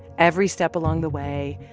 every step along the way,